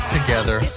Together